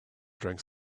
drank